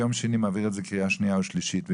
ביום שני נעביר את זה קריאה שנייה ושלישית.